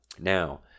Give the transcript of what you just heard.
now